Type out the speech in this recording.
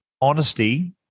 honesty